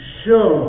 show